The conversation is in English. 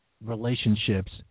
relationships